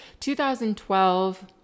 2012